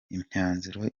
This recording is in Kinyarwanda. imyanzuro